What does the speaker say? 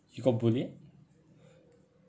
you got bullied